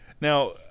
Now